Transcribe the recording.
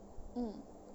mm